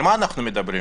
על מה אנחנו מדברים?